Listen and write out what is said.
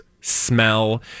smell